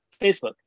Facebook